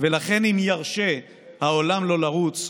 // ולכן אם ירשה העולם לו לרוץ,